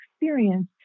experience